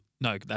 No